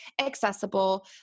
accessible